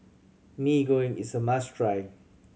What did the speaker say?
Mee Goreng is a must try